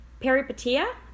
peripatia